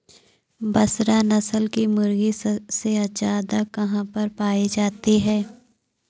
बसरा नस्ल की मुर्गी सबसे ज्यादा कहाँ पर पाई जाती है?